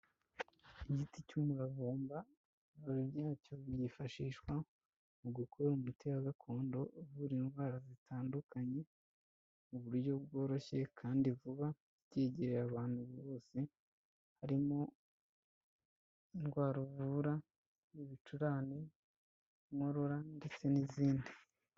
Igiti cy'umuravumba, amababi yacyo yifashishwa mu gukora umuti wa gakondo uvura indwara zitandukanye, mu buryo bworoshye kandi vuba, byegereye abantu bose, harimo indwara uvura, ni ibicurane, inkorora ndetse n'izindi.